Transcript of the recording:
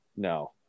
No